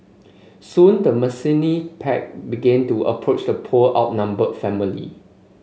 soon the menacing pack began to approach the poor outnumbered family